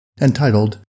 entitled